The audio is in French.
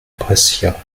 brescia